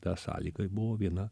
ta sąlyga buvo viena